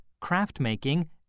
craft-making